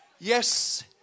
yes